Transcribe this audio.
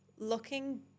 looking